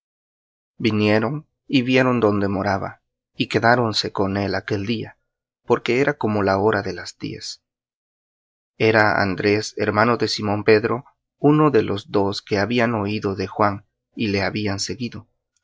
vinieron y vieron donde moraba y quedáronse con él aquel día porque era como la hora de las diez era andrés hermano de simón pedro uno de los dos que habían oído de juan y le habían seguido